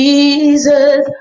Jesus